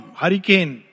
hurricane